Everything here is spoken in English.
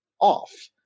off